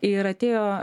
ir atėjo